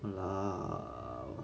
!walao! err